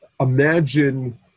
Imagine